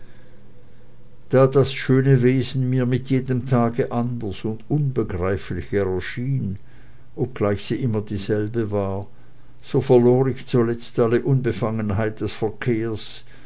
da das schöne wesen mir mit jedem tage anders und unbegreiflicher erschien obgleich sie immer dieselbe war so verlor ich zuletzt alle unbefangenheit des verkehrs